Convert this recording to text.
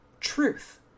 truth